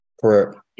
Correct